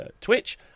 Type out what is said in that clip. Twitch